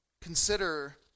Consider